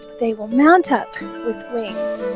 they will mount up with wings